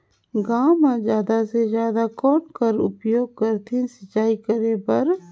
गांव म जादा से जादा कौन कर उपयोग करथे सिंचाई करे बर?